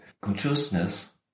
consciousness